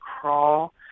crawl